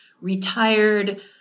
retired